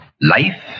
life